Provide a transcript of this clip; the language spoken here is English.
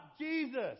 Jesus